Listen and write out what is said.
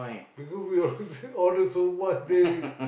because we always order so much they